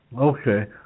Okay